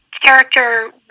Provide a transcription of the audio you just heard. character